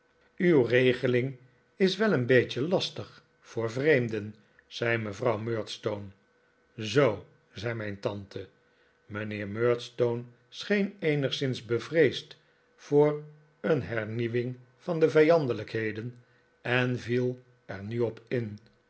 uw regeling is wel een beetje lastig voor vreemden zei juffrouw murdstone zoo zei mijn tante mijnheer murdstone scheen eenigszins bevreesd voor een hernieuwing van de vijandelijkheden en viel er nu op in